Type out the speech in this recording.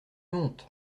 honte